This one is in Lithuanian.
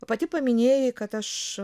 pati paminėjai kad aš